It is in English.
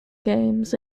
games